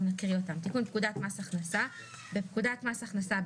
נקריא אותם: תיקון פקודת מס הכנסה 29. בפקודת מס הכנסה,